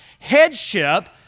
headship